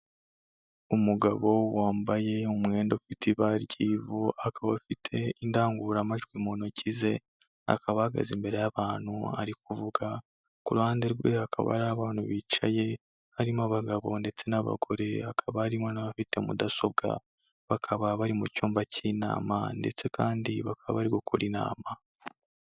Umugabo wambaye umwenda ufite ibara ry'ivu, akaba afite indangururamajwi mu ntoki ze, akaba ahagaze imbere y'abantu ari kuvuga, ku ruhande rwe hakaba hari abantu bicaye, harimo abagabo ndetse n'abagore hakaba harimo n'abafite mudasobwa, bakaba bari mu cyumba k'inama ndetse kandi bakaba bari gukora inama.